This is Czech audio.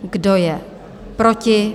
Kdo je proti?